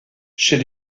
chez